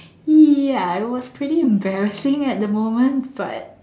ya it was pretty embarrassing at the moment but